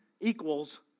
equals